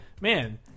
man